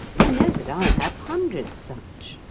i know that i have hundreds such.